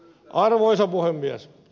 arvoisa puhemies